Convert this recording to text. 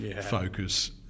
focus